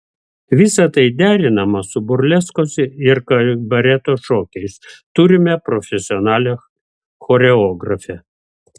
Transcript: visa tai derinama su burleskos ir kabareto šokiais turime profesionalią choreografę